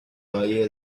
valle